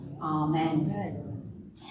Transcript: amen